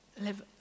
live